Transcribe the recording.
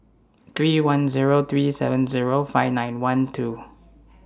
three one Zero three seven Zero five nine one two